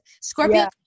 Scorpio